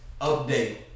Update